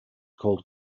called